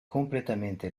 completamente